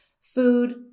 food